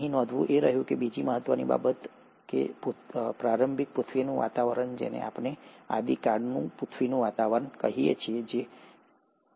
નોંધવા જેવી બીજી મહત્ત્વની બાબત એ છે કે પ્રારંભિક પૃથ્વીનું વાતાવરણ જેને આપણે આદિકાળનું પૃથ્વીનું વાતાવરણ કહીએ છીએ તે ખૂબ જ ઘટતું હતું